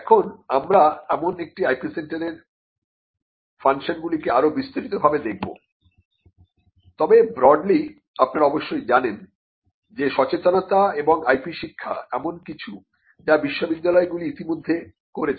এখন আমরা একটি IP সেন্টারের ফাংশনগুলিকে আরো বিস্তারিতভাবে দেখব তবে ব্রডলি আপনারা অবশ্যই জানেন যে সচেতনতা এবং IP শিক্ষা এমন কিছু যা বিশ্ববিদ্যালয়গুলি ইতিমধ্যে করেছে